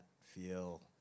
feel